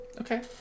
Okay